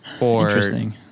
Interesting